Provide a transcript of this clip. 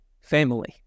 family